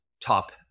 top